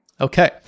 Okay